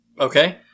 Okay